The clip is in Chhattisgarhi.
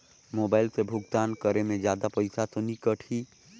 मोबाइल से भुगतान करे मे जादा पईसा तो नि कटही?